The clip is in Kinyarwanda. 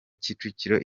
kicukiro